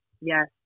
Yes